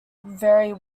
vary